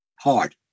hard